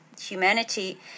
humanity